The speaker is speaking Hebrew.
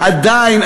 עדיין,